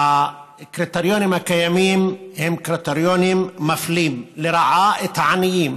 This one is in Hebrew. הקריטריונים הקיימים הם קריטריונים שמפלים לרעה את העניים.